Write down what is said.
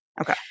Okay